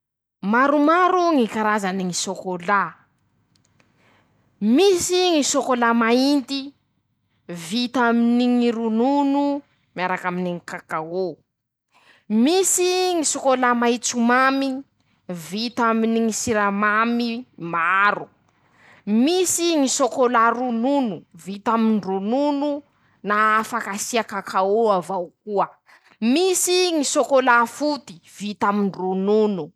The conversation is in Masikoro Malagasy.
Maromaro ñy karany ñy sôkôla: -Misy ñy sôkôla mainty vita aminy ñy ronono miaraky aminy ñy kakaô. -Misy ñy sôlôla maintso mamy vita aminy ñy siramamy maro. -Misy ñy sôkôla ronono. vita aminy ronono na afaky asia kakaô avao koa. -Misy ñy sôkôla foty. vita aminy ronono.